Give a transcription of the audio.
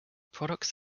products